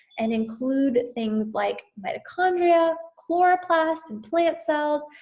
and include things like mitochondria, chloroplasts, and plant cells,